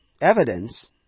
evidence